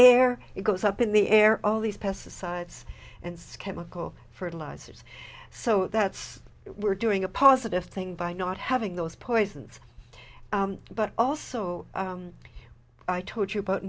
air it goes up in the air all these pesticides and chemicals fertilizers so that's it we're doing a positive thing by not having those poisons but also i told you about